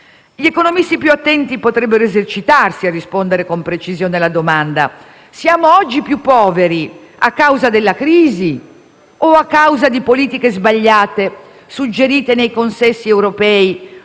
Gli economisti più attenti potrebbero esercitarsi a rispondere con precisione alla domanda: siamo oggi più poveri a causa della crisi o a causa di politiche sbagliate suggerite nei consessi europei